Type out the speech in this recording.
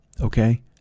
Okay